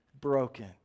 broken